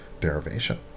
derivation